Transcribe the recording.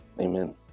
Amen